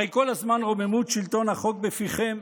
הרי כל הזמן רוממות שלטון החוק בפיכם.